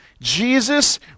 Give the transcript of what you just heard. Jesus